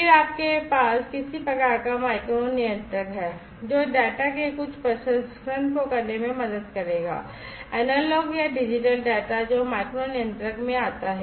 फिर आपके पास किसी प्रकार का माइक्रो नियंत्रक है जो डेटा के कुछ प्रसंस्करण को करने में मदद करेगा एनालॉग या डिजिटल डेटा जो माइक्रो नियंत्रक में आता है